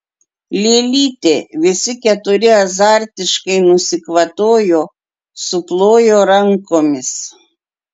lėlytė visi keturi azartiškai nusikvatojo suplojo rankomis